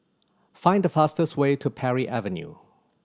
find the fastest way to Parry Avenue